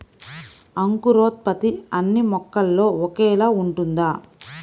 అంకురోత్పత్తి అన్నీ మొక్కల్లో ఒకేలా ఉంటుందా?